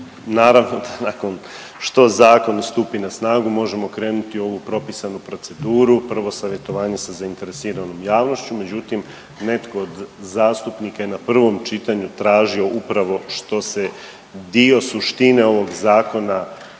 naravno da nakon što zakon stupi na snagu možemo krenuti u ovu propisanu proceduru, prvo savjetovanje sa zainteresiranom javnošću, međutim netko od zastupnika je na prvom čitanju tražio upravo što se, dio suštine ovog zakona